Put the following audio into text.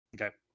Okay